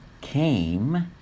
came